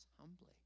humbly